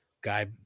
guy